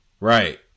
Right